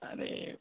अरे